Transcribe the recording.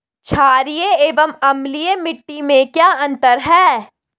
छारीय एवं अम्लीय मिट्टी में क्या अंतर है?